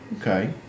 Okay